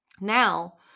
Now